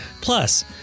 Plus